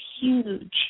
huge